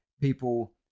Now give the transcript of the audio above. people